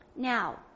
Now